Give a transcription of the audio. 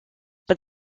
but